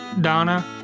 Donna